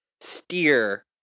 steer